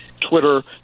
twitter